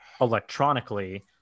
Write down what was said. electronically